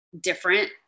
different